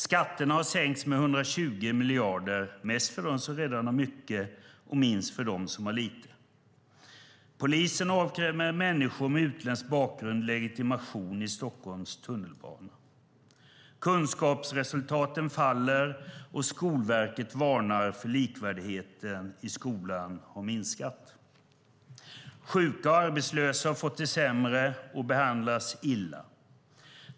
Skatterna har sänkts med 120 miljarder, mest för dem som redan har mycket och minst för dem som har lite. Polisen avkräver människor med utländsk bakgrund legitimation i Stockholms tunnelbana. Kunskapsresultaten faller, och Skolverket varnar för att likvärdigheten i skolan har minskat. Sjuka och arbetslösa har fått det sämre och behandlas illa.